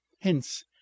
hence